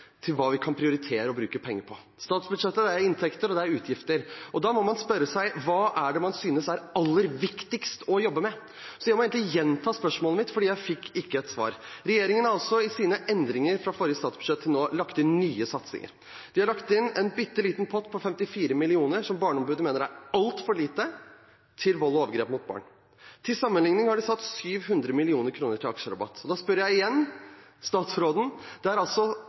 til hva vi kan prioritere å bruke penger på. Statsbudsjettet er inntekter og utgifter. Da må man spørre seg: Hva er det man synes er aller viktigst å jobbe med? Så jeg må egentlig gjenta spørsmålet mitt, for jeg fikk ikke et svar. Regjeringen har altså i sine endringer, fra forrige statsbudsjett til nå, lagt inn nye satsinger. De har lagt inn en bitte liten pott på 54 mill. kr, som Barneombudet mener er altfor lite, til tiltak mot vold og overgrep mot barn. Til sammenligning har de satt av 700 mill. kr til aksjerabatt.